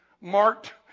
marked